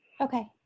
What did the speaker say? Okay